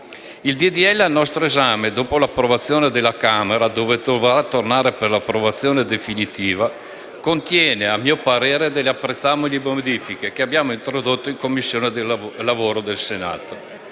legge al nostro esame, dopo l'approvazione della Camera, dove dovrà tornare per l'approvazione definitiva, contiene - a mio parere - delle apprezzabili modifiche che abbiamo introdotto in Commissione lavoro del Senato.